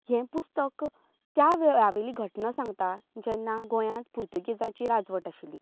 हे पुस्तक त्या वेळेवेली घटना सांगता जेन्ना गोंयांत पोर्तुगीजाची राजवट आशिल्ली